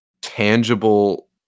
tangible